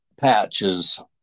Patches